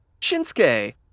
Shinsuke